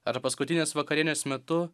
ar paskutinės vakarienės metu